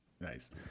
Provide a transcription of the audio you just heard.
Nice